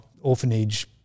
orphanage